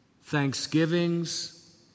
thanksgivings